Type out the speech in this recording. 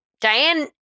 Diane